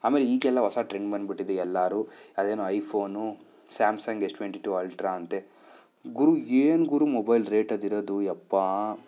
ಆಮೇಲೆ ಈಗೆಲ್ಲ ಹೊಸ ಟ್ರೆಂಡ್ ಬಂದುಬಿಟ್ಟಿದೆ ಎಲ್ಲರು ಅದೇನೊ iPhone Samsung S twenty two ultra ಅಂತೆ ಗುರು ಏನು ಗುರು ಮೊಬೈಲ್ ರೇಟ್ ಅದಿರೋದು ಅಪ್ಪಾ